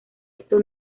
esto